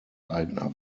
eigener